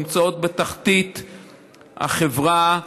שנמצאות בתחתית החברה,